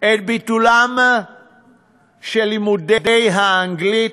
את ביטולם של לימודי האנגלית,